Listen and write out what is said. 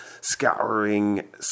scouring